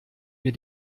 mir